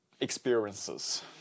experiences